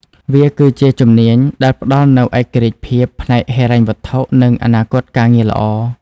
វាគឺជាជំនាញដែលផ្តល់នូវឯករាជ្យភាពផ្នែកហិរញ្ញវត្ថុនិងអនាគតការងារល្អ។